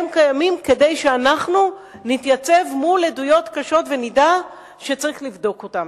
הם קיימים כדי שאנחנו נתייצב מול עדויות קשות ונדע שצריך לבדוק אותן.